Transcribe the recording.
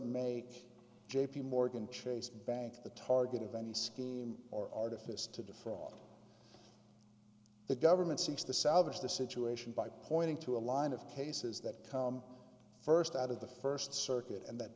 make j p morgan chase bank the target of any scheme or artifice to defraud the government seeks to salvage the situation by pointing to a line of cases that come first out of the first circuit and that